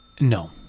No